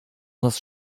nas